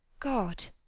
god,